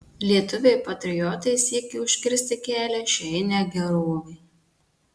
lietuviai patriotai siekė užkirsti kelią šiai negerovei